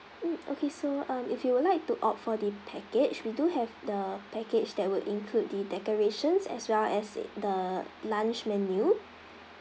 mm okay so um if you would like to opt for the package we do have the package that would include the decorations as well as the lunch menu